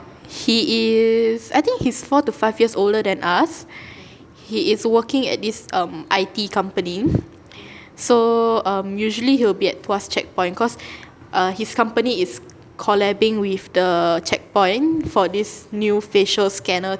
he is I think he's four to five years older than us he is working at this um I_T company so um usually he'll be at tuas checkpoint cause uh his company is collaborating with the checkpoint for this new facial scanner